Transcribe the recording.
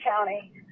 County